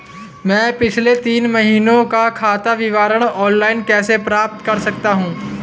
मैं पिछले तीन महीनों का खाता विवरण ऑनलाइन कैसे प्राप्त कर सकता हूं?